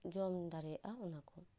ᱡᱚᱢ ᱫᱟᱲᱮᱭᱟᱜᱼᱟ ᱚᱱᱟᱠᱚ